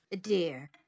Dear